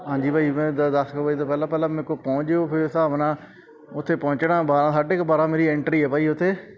ਹਾਂਜੀ ਭਾਅ ਜੀ ਮੈਨੂੰ ਦਸ ਕੁ ਵਜੇ ਤੋਂ ਪਹਿਲਾਂ ਪਹਿਲਾਂ ਮੇਰੇ ਕੋਲ ਪਹੁੰਚ ਜਾਇਓ ਫਿਰ ਹਿਸਾਬ ਨਾਲ ਉੱਥੇ ਪਹੁੰਚਣਾ ਬਾਰਾਂ ਸਾਢੇ ਕੁ ਬਾਰਾਂ ਮੇਰੀ ਐਂਟਰੀ ਆ ਭਾਅ ਜੀ ਉੱਥੇ